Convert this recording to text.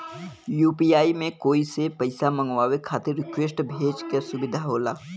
UPI में कोई से पइसा मंगवाये खातिर रिक्वेस्ट भेजे क सुविधा होला